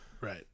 right